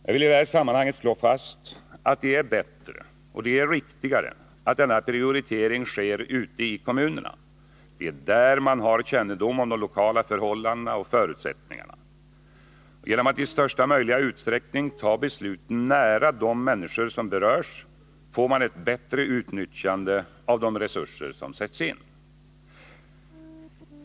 Jag vill i detta sammanhang slå fast att det är bättre och riktigare att denna prioritering sker ute i kommunerna. Det är där man har kännedom om de lokala förhållandena och förutsättningarna. Genom att i största möjliga utsträckning fatta besluten nära de människor som berörs får man ett bättre utnyttjande av de resurser som sätts in.